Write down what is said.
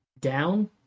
down